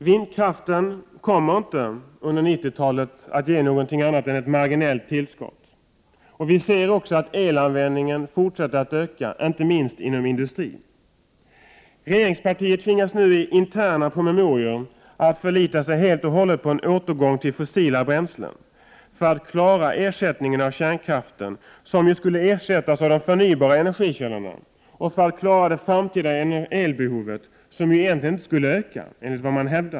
Vindkraften kommer inte att under 90-talet ge något annat än ett marginellt tillskott, och elanvändningen fortsätter att öka, inte minst inom industrin. Regeringspartiet tvingas nu i interna promemorior att förlita sig helt och hållet på en återgång till fossila bränslen, för att klara ersättningen av kärnkraften — som ju skulle ersättas av de förnybara energikällorna — och för att klara det framtida elbehovet, som egentligen inte skulle öka.